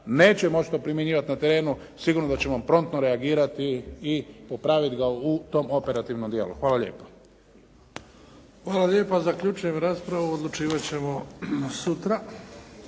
neće moći to primjenjivati na terenu. Sigurno da ćemo promptno reagirati i popraviti ga u tom operativnom dijelu. Hvala lijepa. **Bebić, Luka (HDZ)** Hvala lijepa. Zaključujem raspravu. Odlučivat ćemo sutra.